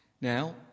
Now